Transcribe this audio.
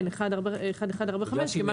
בגלל שהיא נארזה פה.